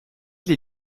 les